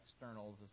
externals